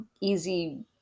easy